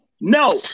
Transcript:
No